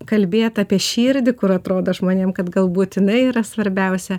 kalbėt apie širdį kur atrodo žmonėm kad gal būt jinai yra svarbiausia